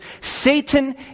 Satan